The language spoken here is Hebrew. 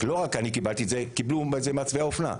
לא רק אני קיבלתי את זה קיבלו את זה מעצבי האופנה,